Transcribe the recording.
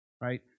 right